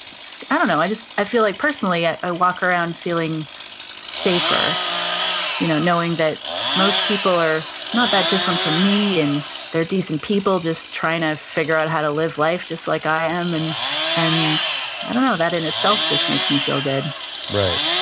so i don't know. i just, i feel like personally i ah walk around feeling safer you know knowing that most people are not that different from me and they're decent people just trying to figure out how to live life just like i am and and i don't know. that in itself just makes me feel good right.